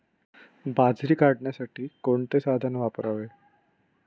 बाजरी काढण्यासाठी कोणते साधन वापरावे?